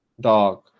dog